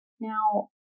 Now